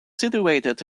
situated